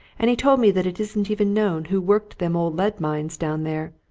and he told me that it isn't even known who worked them old lead-mines down there,